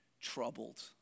troubled